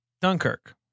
Dunkirk